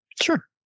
Sure